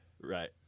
Right